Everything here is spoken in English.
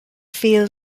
feel